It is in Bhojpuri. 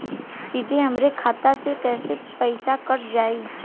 सीधे हमरे खाता से कैसे पईसा कट जाई?